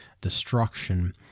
destruction